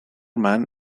man